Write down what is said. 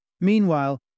Meanwhile